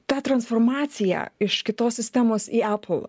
tą transformaciją iš kitos sistemos į apple